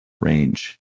range